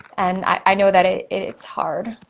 and i know that ah it's hard.